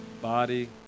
body